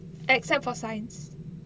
except for science